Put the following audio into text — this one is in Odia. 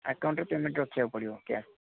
ଆକାଉଣ୍ଟରେ ପେମେଣ୍ଟ ରଖିବାକୁ ପଡ଼ିବ କ୍ୟାସ୍